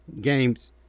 games